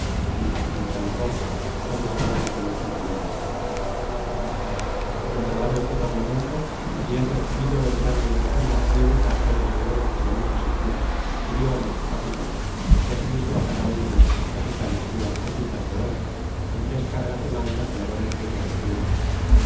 quintalvor guando estábamos en los arenales e acabado este parlamento tenia apercebido el gran montezurna muy ricas joyas de oro y de muchas he churas que lié nuestro capitan é asimismo cada uno de nuestros capitanes dió cositas de oro y tres cargas de mantas de labores ricas de pluma